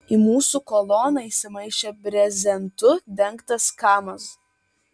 į mūsų koloną įsimaišė brezentu dengtas kamaz